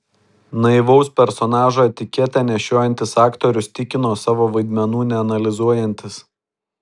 naivaus personažo etiketę nešiojantis aktorius tikino savo vaidmenų neanalizuojantis